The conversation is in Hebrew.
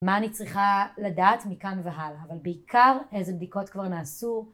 מה אני צריכה לדעת מכאן והלאה, אבל בעיקר איזה בדיקות כבר נעשו